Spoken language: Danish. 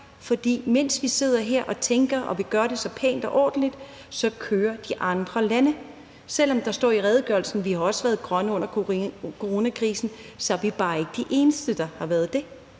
For mens vi sidder her og tænker og vil gøre det så pænt og ordentligt, så kører de andre lande. Selv om der står i redegørelsen, at vi også har været grønne under coronakrisen, så er vi bare ikke de eneste, der har været det.